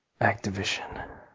Activision